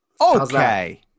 Okay